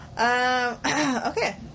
okay